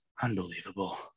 Unbelievable